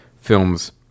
films